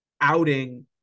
outing